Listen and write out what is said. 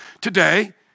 Today